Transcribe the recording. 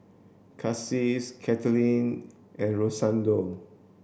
Casie Kathlyn and Rosendo